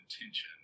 intention